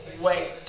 Wait